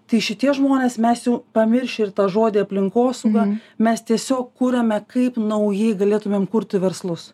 tai šitie žmonės mes jau pamirš ir tą žodį aplinkosauga mes tiesiog kuriame kaip naujai galėtumėm kurti verslus